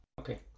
Okay